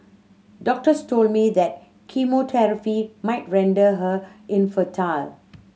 doctors told me that chemotherapy might render her infertile